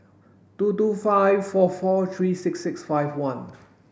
two two five four four three six six five one